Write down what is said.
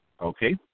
Okay